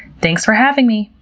thanks for having me.